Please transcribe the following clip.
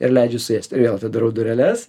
ir leidžiu suėsti ir vėl atidarau dureles